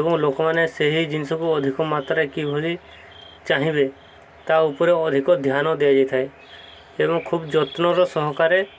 ଏବଂ ଲୋକମାନେ ସେହି ଜିନିଷକୁ ଅଧିକ ମାତ୍ରାରେ କିଭଳି ଚାହିଁବେ ତା ଉପରେ ଅଧିକ ଧ୍ୟାନ ଦିଆଯାଇଥାଏ ଏବଂ ଖୁବ୍ ଯତ୍ନର ସହକାରେ